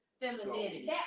femininity